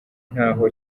ntaho